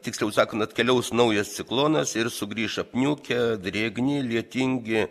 tiksliau sakant atkeliaus naujas ciklonas ir sugrįš apniukę drėgni lietingi